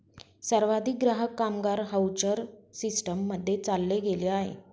सर्वाधिक ग्राहक, कामगार व्हाउचर सिस्टीम मध्ये चालले गेले आहे